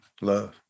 Love